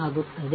ಸಿಗುತ್ತದೆ